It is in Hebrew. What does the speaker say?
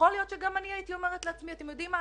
יכול להיות שגם אני הייתי אומרת לעצמי: אתם יודעים מה?